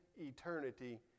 eternity